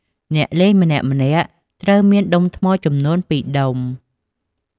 អ្នកលេងម្នាក់ៗត្រូវមានដុំថ្មចំនួន ២ ដុំ។